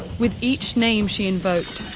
with each name she invoked,